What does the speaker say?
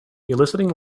eliciting